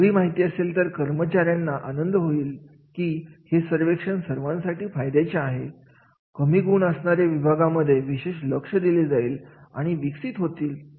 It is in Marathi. ही सगळी माहिती असेल तर कर्मचाऱ्यांना आनंद होईल की हे सर्वेक्षण सर्वांसाठी फायद्याचे आहे कमी गुण असणारे विभागांमध्ये विशेष लक्ष दिले जाईल आणि विकसित होतील